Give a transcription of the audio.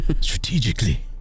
strategically